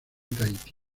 tahití